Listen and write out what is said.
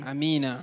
Amen